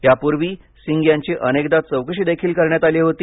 यापूर्वी सिंग यांची अनेकदा चौकशी देखील करण्यात आली होती